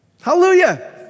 Hallelujah